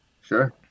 Sure